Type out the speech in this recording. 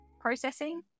processing